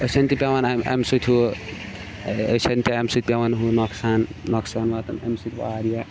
أچھَن تہِ پٮ۪وَان اَمہِ اَمہِ سۭتۍ ہُہ أچھَن تہِ اَمہِ سۭتۍ پٮ۪وَان ہُہ نۄقصان نۄقصان واتَان اَمہِ سۭتۍ واریاہ